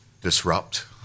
disrupt